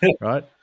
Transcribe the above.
right